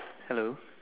hello